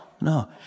no